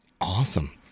awesome